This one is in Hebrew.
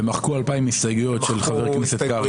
ומחקו 2,000 הסתייגויות של חבר הכנסת קרעי.